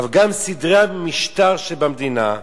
אך גם סדרי המשטר שבמדינה,